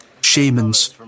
shamans